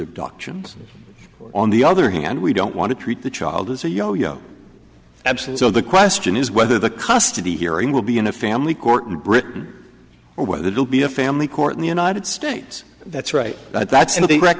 abductions on the other hand we don't want to treat the child as a yo yo absent so the question is whether the custody hearing will be in a family court in britain or whether it will be a family court in the united states that's right that's